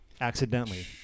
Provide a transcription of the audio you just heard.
accidentally